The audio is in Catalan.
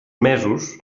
mesos